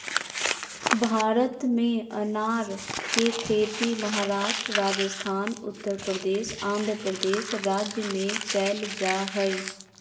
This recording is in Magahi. भारत में अनार के खेती महाराष्ट्र, राजस्थान, उत्तरप्रदेश, आंध्रप्रदेश राज्य में कैल जा हई